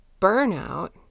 burnout